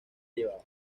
llevaba